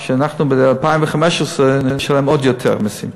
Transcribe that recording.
אנחנו ב-2015 נשלם עוד יותר מסים.